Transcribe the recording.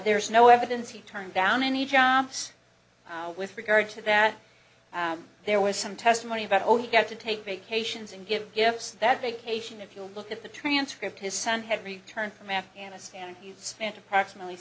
there's no evidence he turned down any jobs with regard to that there was some testimony about only got to take vacations and give gifts that vacation if you look at the transcript his son had returned from afghanistan he spent approximately